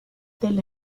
del